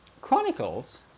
Chronicles